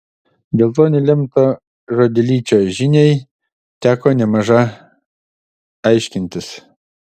dėl to nelemto žodelyčio žiniai teko nemaža aiškintis